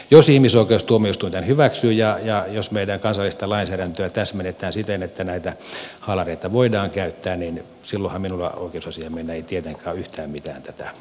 jos ihmisoikeustuomioistuin tämän hyväksyy ja jos meidän kansallista lainsäädäntöämme täsmennetään siten että näitä haalareita voidaan käyttää niin silloinhan minulla oikeusasia miehenä ei tietenkään ole yhtään mitään tätä vastaan